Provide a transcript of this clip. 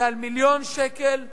זה מיליון שקל לסגן,